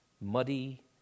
muddy